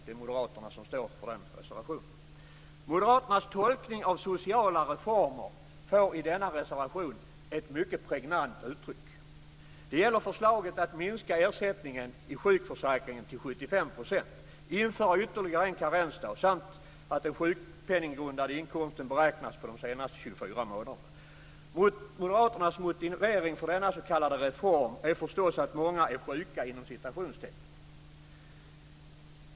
Det är moderaterna som står för den reservationen. Moderaternas tolkning av sociala reformer får i denna reservation ett mycket pregnant uttryck. Det gäller förslaget att minska ersättningen i sjukförsäkringen till 75 %, införa ytterligare en karensdag samt att den sjukpenninggrundade inkomsten beräknas på de senaste 24 månaderna. Moderaternas motivering för denna s.k. reform är förstås att många är "sjuka".